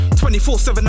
24-7